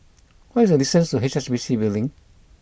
what is the distance to H S B C Building